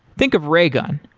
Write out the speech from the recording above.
think of raygun.